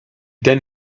then